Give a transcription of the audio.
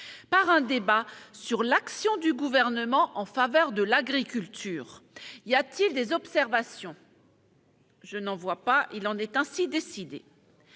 par un débat sur l'action du Gouvernement en faveur de l'agriculture. Y a-t-il des observations ?... Il en est ainsi décidé.